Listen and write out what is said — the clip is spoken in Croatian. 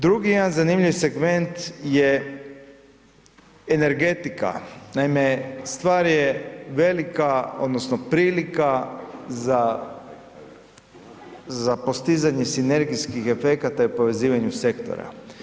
Drugi jedan zanimljiv segment je energetika, naime stvar je velika odnosno prilika za postizanje sinergijskih efekata i povezivanje sektora.